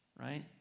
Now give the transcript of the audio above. right